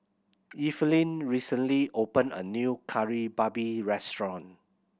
Evelyn recently opened a new Kari Babi restaurant